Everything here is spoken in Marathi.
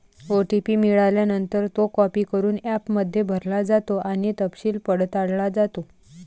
ओ.टी.पी मिळाल्यानंतर, तो कॉपी करून ॲपमध्ये भरला जातो आणि तपशील पडताळला जातो